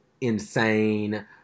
insane